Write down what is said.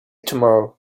tomorrow